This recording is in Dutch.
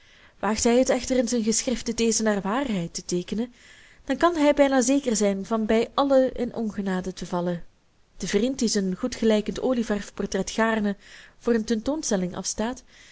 waagt hij het echter in zijne geschriften dezen naar waarheid te teekenen dan kan hij bijna zeker zijn van bij allen in ongenade te vallen de vriend die zijn goedgelijkend olieverfportret gaarne voor eene tentoonstelling afstaat